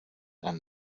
and